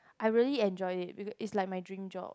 I really enjoy it it's like my dream job